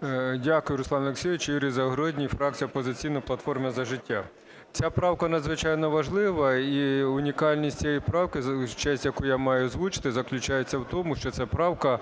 13:55:31 ЗАГОРОДНІЙ Ю.І. Дякую, Руслане Олексійовичу. Юрій Загородній, фракція "Опозиційна платформа - За життя". Ця правка надзвичайно важлива і унікальність цієї правки, честь якої я маю озвучити, заключається в тому, що ця правка